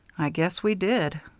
i guess we did.